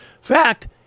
fact